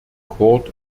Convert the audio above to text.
court